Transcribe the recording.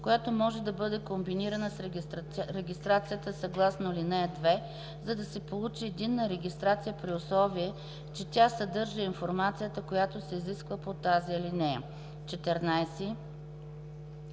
която може да бъде комбинирана с регистрацията съгласно ал. 2, за да се получи единна регистрация, при условие че тя съдържа информацията, която се изисква по тази алинея; 14.